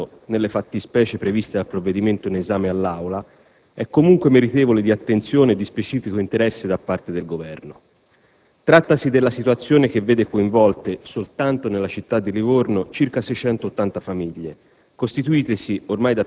che, pur non rientrando nelle fattispecie previste dal provvedimento all'esame dell'Aula, è comunque meritevole di attenzione e di specifico interesse da parte del Governo. Trattasi della situazione che vede coinvolte, soltanto nella città di Livorno, circa 680 famiglie,